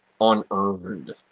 unearned